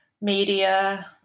media